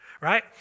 Right